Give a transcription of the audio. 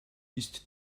ist